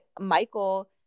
michael